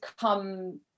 come